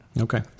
Okay